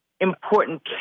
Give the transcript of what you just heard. important